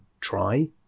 try